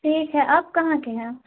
ٹھیک ہے آپ کہاں کے ہیں